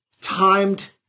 timed